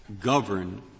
govern